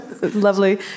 Lovely